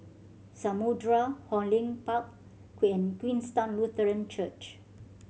Samudera Hong Lim Park Queenstown Lutheran Church